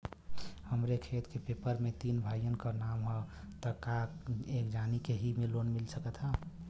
हमरे खेत के पेपर मे तीन भाइयन क नाम ह त का एक जानी के ही लोन मिल सकत ह?